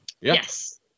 Yes